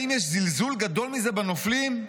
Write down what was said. האם יש זלזול גדול מזה בנופלים?